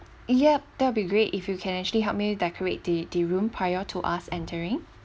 yup that would be great if you can actually help me decorate the room prior to us entering